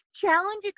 challenge